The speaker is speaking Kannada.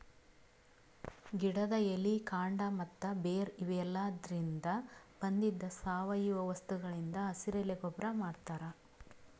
ಗಿಡದ್ ಎಲಿ ಕಾಂಡ ಮತ್ತ್ ಬೇರ್ ಇವೆಲಾದ್ರಿನ್ದ ಬಂದಿದ್ ಸಾವಯವ ವಸ್ತುಗಳಿಂದ್ ಹಸಿರೆಲೆ ಗೊಬ್ಬರ್ ಮಾಡ್ತಾರ್